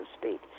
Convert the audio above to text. speak